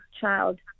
child